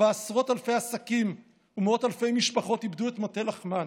שבה עשרות אלפי עסקים ומאות אלפי משפחות איבדו את מטה לחמן,